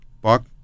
Buck